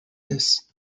this